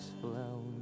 flown